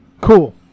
Cool